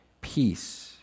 peace